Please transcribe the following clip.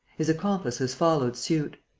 his accomplices followed suit.